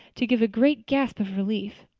to give a great gasp of relief.